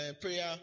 prayer